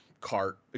cart